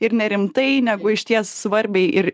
ir nerimtai negu išties svarbiai ir